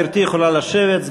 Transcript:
גברתי יכולה לשבת.